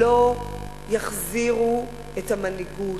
לא יחזירו את המנהיגות.